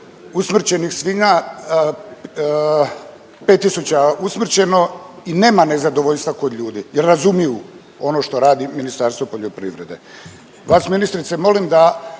usmrćenih svinja, 5 tisuća usmrćeno i nema nezadovoljstva kod ljudi jer razumiju ono što radi Ministarstvo poljoprivrede.